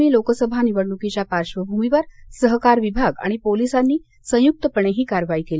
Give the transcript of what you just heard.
आगामी लोकसभा निवडणुकीच्या पार्श्वभूमीवर सहकार विभाग आणि पोलीसांनी संयुक्तपणे ही कारवाई केली